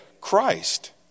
Christ